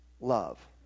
love